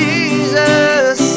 Jesus